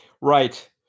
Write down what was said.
Right